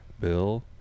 Bill